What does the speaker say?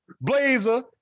blazer